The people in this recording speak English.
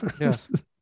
Yes